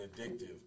addictive